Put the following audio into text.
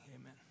Amen